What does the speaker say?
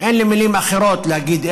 אין לי מילים אחרות להגיד,